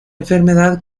enfermedad